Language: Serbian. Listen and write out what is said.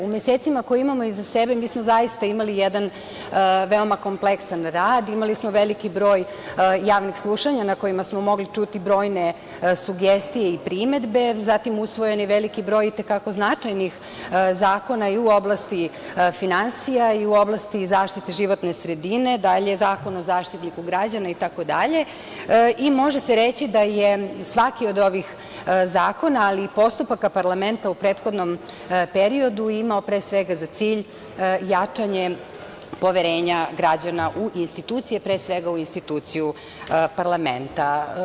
U mesecima koje imamo iza sebe mi smo zaista imali jedan veoma kompleksan rad, imali smo veliki broj javnih slušanja na kojima smo mogli čuti brojne sugestije i primedbe, zatim usvojen je veliki broj i te kako značajnih zakona i u oblasti finansija i u oblasti zaštite životne sredine, Zakon o Zaštitniku građana itd. i može se reći da je svaki od ovih zakona, ali i postupaka parlamenta u prethodnom periodu imao pre svega za cilj jačanje poverenja građana u institucije, pre svega u instituciju parlamenta.